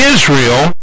Israel